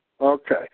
Okay